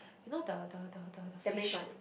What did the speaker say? you know the the the the fish ah